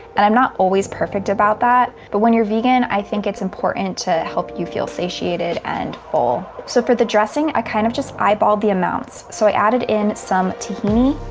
and i'm not always perfect about that. but when you're vegan, i think it's important to help you feel satiated and full. so for the dressing, i kind of just eyeball the amounts. so i added in some tahini,